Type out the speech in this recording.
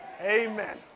Amen